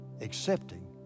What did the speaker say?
accepting